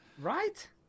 right